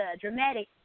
dramatic